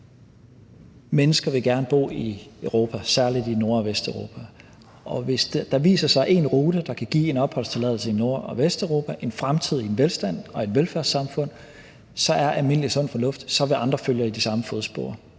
Mennesker vil gerne bo i Europa, særlig i Nord- og Vesteuropa, og hvis der viser sig en rute, der kan give en opholdstilladelse i Nord- og Vesteuropa med en fremtidig velstand og et velfærdssamfund, er det almindelig sund fornuft, at andre vil følge i de samme fodspor.